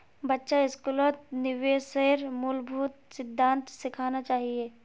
बच्चा स्कूलत निवेशेर मूलभूत सिद्धांत सिखाना चाहिए